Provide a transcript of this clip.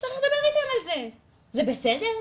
צריך לדבר איתם על זה, זה בסדר?